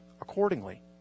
accordingly